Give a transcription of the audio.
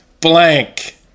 blank